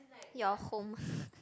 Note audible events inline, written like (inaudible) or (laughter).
your home (laughs)